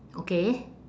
okay